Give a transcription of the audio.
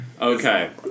Okay